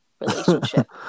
relationship